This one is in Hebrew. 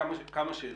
כמה שאלות.